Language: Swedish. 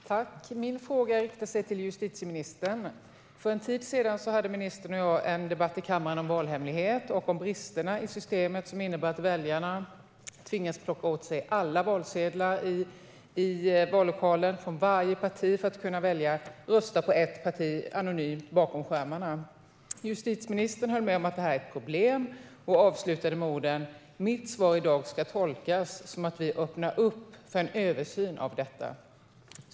Herr talman! Min fråga riktar sig till justitieministern. För en tid sedan hade ministern och jag en debatt i kammaren om valhemligheten och om bristerna i systemet som innebär att väljarna i vallokalen tvingas plocka åt sig valsedlar från alla partier för att kunna välja att rösta på ett parti anonymt bakom skärmarna. Justitieministern höll med om att det här är ett problem och avslutade med orden: Mitt svar i dag ska tolkas som att vi öppnar upp för en översyn av detta.